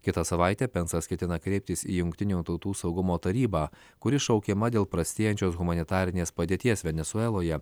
kitą savaitę pensas ketina kreiptis į jungtinių tautų saugumo tarybą kuri šaukiama dėl prastėjančios humanitarinės padėties venesueloje